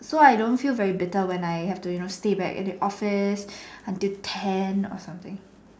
so I don't feel very bitter when I have to you know stay back in the office until ten or something